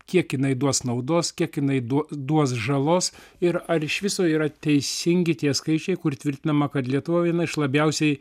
kiek jinai duos naudos kiek jinai du duos žalos ir ar iš viso yra teisingi tie skaičiai kur tvirtinama kad lietuva viena iš labiausiai